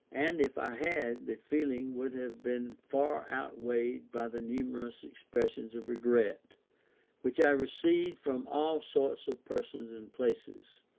and if i had, the feeling would have been far outweighed by the numerous expressions of regret which i received from all sorts of persons and places,